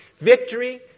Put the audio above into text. victory